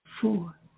four